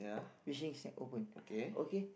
fishing shack open okay